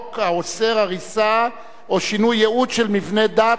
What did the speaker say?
בחוק האוסר הריסה או שינוי ייעוד של מבנה דת,